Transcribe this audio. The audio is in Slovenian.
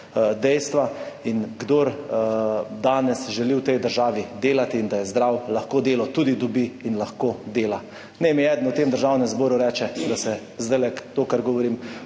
dejstva. Kdor želi danes v tej državi delati in je zdrav, lahko delo tudi dobi in lahko dela. Naj mi eden v tem državnem zboru reče, da se zdajle v tem, kar govorim,